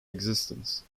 existence